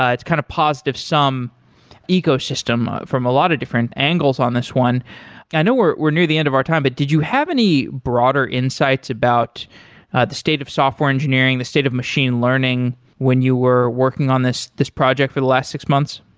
it's kind of positive some ecosystem from a lot of different angles on this one i know we're near the end of our time, but did you have any broader insights about the state of software engineering, the state of machine learning when you were working on this this project for the last six months?